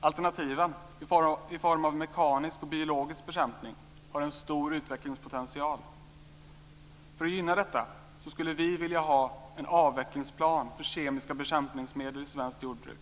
Alternativen i form av mekanisk och biologisk bekämpning har en stor utvecklingspotential. För att gynna detta skulle vi vilja ha en avvecklingsplan för kemiska bekämpningsmedel i svenskt jordbruk.